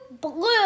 Blue